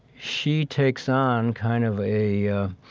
she takes on kind of a ah